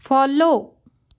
follow